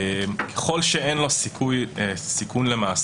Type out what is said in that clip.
ככל שאין לו סיכון למאסר,